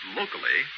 locally